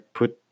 put